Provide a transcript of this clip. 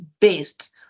based